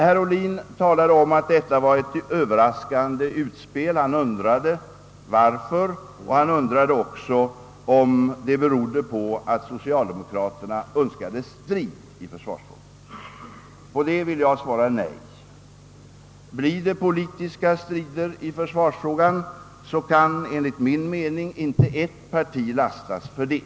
Herr Ohlin talade om att det gjorts vad han ansåg vara ett överraskande utspel och han undrade om det berodde på att socialdemokraterna önskade strid i försvarsfrågan. På detta vill jag svara nej. Om det blir politiska strider i försvarsfrågan kan, enligt min mening, inte ett särskilt parti lastas för det.